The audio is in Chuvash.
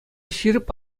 ҫирӗп